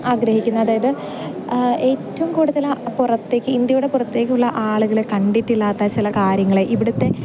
ആഗ്രഹിക്കുന്നത് അതായത് ഏറ്റവും കൂടുതൽ പുറത്തേക്ക് ഇന്ത്യയുടെ പുറത്തേക്കുള്ള ആളുകള് കണ്ടിട്ടില്ലാത്ത ചില കാര്യങ്ങളെ ഇവിടുത്തെ